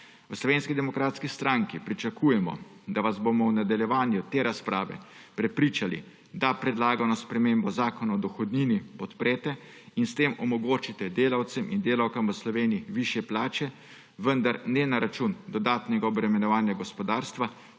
V Slovenski demokratski stranki pričakujemo, da vas bomo v nadaljevanju te razprave prepričali, da predlagano spremembo Zakona o dohodnini podprete in s tem omogočite delavkam in delavcem v Sloveniji višje plače, vendar ne na račun dodatnega obremenjevanja gospodarstva,